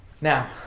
now